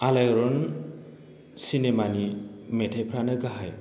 आलायारन सिनेमानि मेथायफ्रानो गाहाय